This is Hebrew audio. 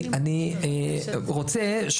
אני רוצה,